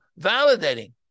validating